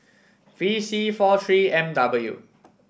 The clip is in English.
V C four three M W